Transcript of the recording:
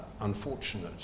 unfortunate